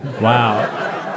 wow